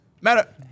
matter